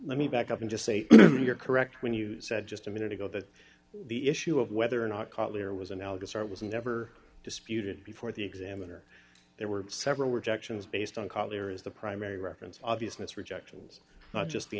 let me back up and just say you're correct when you said just a minute ago that the issue of whether or not cutler was analogous art was never disputed before the examiner there were several rejections based on color is the primary reference obviousness rejections not just the